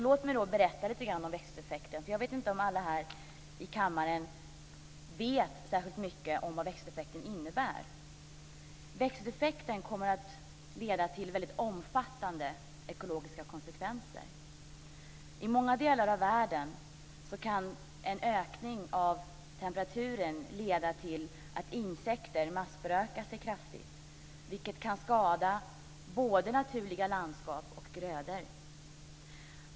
Låt mig då berätta lite grann om växthuseffekten, för jag vet inte om alla här i kammaren vet särskilt mycket om vad den innebär. Växthuseffekten kommer att få väldigt omfattande ekologiska konsekvenser. I många delar av världen kan en ökning av temperaturen leda till att insekter massförökar sig kraftigt, vilket kan skada både naturliga landskap och grödor.